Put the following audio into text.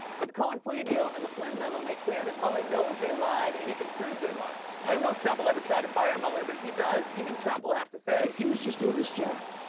but the cohen plea deal and the flynn memo make clear that mueller knows they lied, and he can prove they lied. i don't know if trump will ever try to fire muller, but if does, even trump will have to say. he was just doing his job.